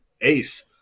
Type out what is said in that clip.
ace